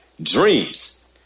dreams